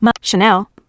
Chanel